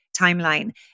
timeline